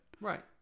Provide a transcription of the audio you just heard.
right